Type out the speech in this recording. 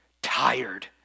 Tired